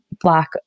black